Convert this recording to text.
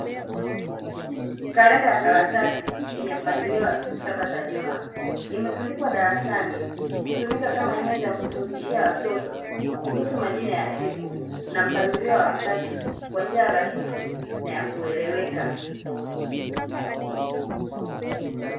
Kalenda ya karatasi yenye mpangilio wa siku saba za juma, imetundikwa darasani kutumika kama nyenzo ya kufundishia watoto kuhusu majina ya siku na mpangilio wa wakati, kwa njia rahisi na ya kueleweka.